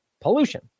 pollution